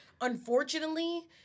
Unfortunately